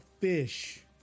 fish